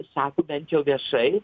sako bent jau viešai